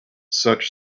such